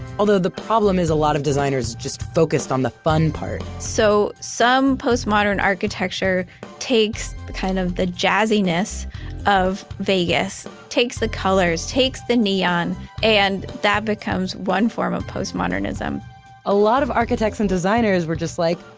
although the problem is a lot of designers just focused on the fun part so some postmodern architecture takes the kind of the jazziness of vegas. takes the colors, takes the neon, and that becomes one form of postmodernism a lot of architects and designers were just like,